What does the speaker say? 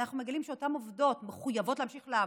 אנחנו מגלים שאותן עובדות מחויבות להמשיך לעבוד,